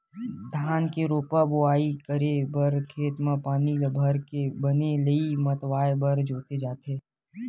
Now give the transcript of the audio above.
धान के रोपा बोवई करे बर खेत म पानी ल भरके बने लेइय मतवाए बर जोते जाथे